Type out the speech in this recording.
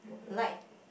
like